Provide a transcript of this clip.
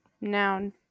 Noun